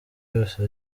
yose